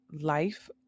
life